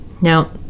Now